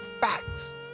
facts